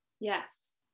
Yes